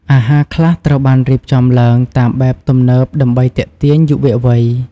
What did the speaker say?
អាហារខ្លះត្រូវបានរៀបចំឡើងតាមបែបទំនើបដើម្បីទាក់ទាញយុវវ័យ។